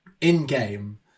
in-game